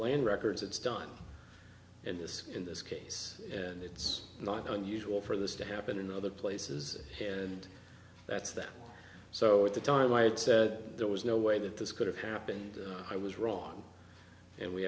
land records it's done in this in this case and it's not unusual for this to happen in other places and that's that so at the time i had said there was no way that this could have happened i was wrong and we